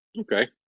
Okay